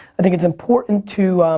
i think it's important to